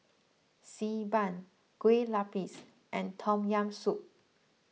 Xi Ban Kue Lupis and Tom Yam Soup